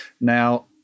Now